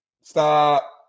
stop